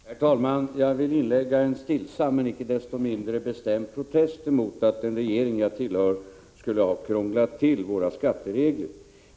Herr talman! Jag vill inlägga en stillsam men inte desto mindre bestämd protest emot påståendet att den regering jag tillhör skulle ha krånglat till skattereglerna.